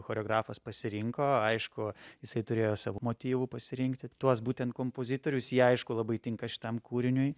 choreografas pasirinko aišku jisai turėjo savų motyvų pasirinkti tuos būtent kompozitorius jie aišku labai tinka šitam kūriniui